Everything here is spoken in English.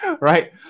Right